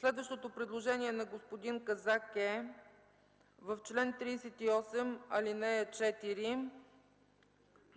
Следващото предложение на господин Казак е в чл. 38 ал. 4